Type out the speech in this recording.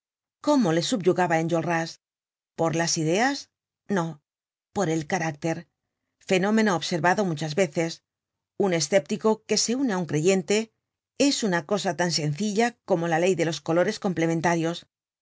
cómo le subyugaba enjolras por las ideas no por el carácter fenómeno observado muchas veces un escéptico que se une á un creyente es una cosa tan secilla como la ley de los colores complementarios